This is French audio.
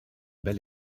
bel